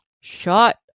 shut